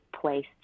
place